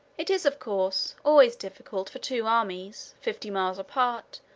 it is, of course, always difficult for two armies, fifty miles apart,